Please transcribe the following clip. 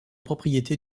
propriétés